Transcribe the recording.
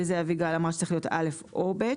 וזה אביגל אמרה שצריך א' או ב'.